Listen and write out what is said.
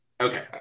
Okay